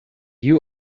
you